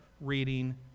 reading